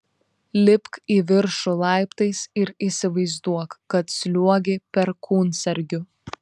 lipk į viršų laiptais ir įsivaizduok kad sliuogi perkūnsargiu